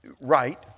right